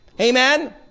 Amen